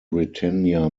britannia